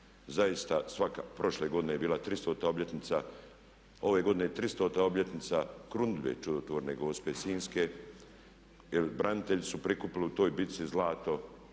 prostorima. Prošle godine je bila 300. obljetnica, ove godine je 300. obljetnica krunidbe čudotvorne gospe sinjske. Branitelji su prikupili u toj bici zlato